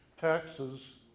taxes